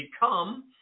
become